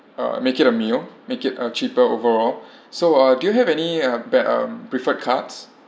uh make it a meal make it uh cheaper overall so uh do you have any uh pre~ um preferred cards